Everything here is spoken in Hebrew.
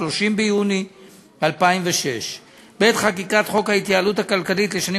30 ביוני 2006. בעת חקיקת חוק ההתייעלות הכלכלית לשנים